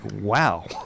wow